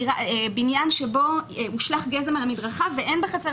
בניין שבו הושלך גזם על המדרכה ואין בחצר